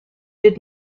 did